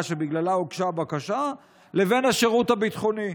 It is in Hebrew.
שבגללה הוגשה הבקשה לבין השירות הביטחוני.